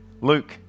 Luke